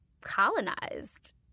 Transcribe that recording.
colonized